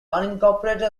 unincorporated